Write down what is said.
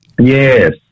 Yes